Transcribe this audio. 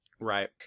Right